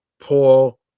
paul